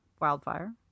wildfire